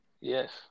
Yes